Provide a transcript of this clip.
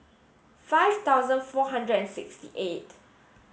five thousand four hundred and sixty eight